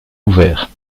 ouverts